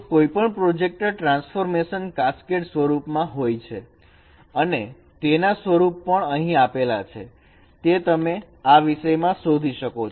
તો કોઈપણ projector transformation cascade સ્વરૂપે હોય છે અને તેના સ્વરૂપ પણ અહીં આપેલા છે જે તમે આ વિષયમાં શોધી શકો છો